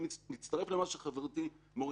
אני מצטרף למה שאמרה חברתי מוריה.